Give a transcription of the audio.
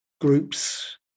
groups